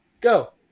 Go